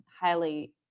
highly